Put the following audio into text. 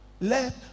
Let